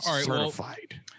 Certified